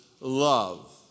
love